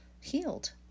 healed